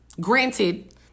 granted